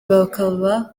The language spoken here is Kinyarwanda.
bakaba